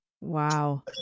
Wow